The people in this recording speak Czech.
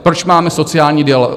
Proč máme sociální dialog?